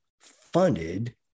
funded